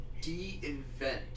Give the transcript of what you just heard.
De-invent